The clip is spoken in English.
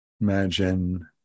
Imagine